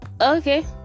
Okay